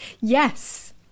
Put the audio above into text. yes